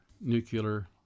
nuclear